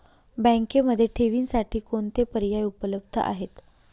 बँकेमध्ये ठेवींसाठी कोणते पर्याय उपलब्ध आहेत?